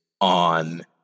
on